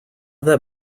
that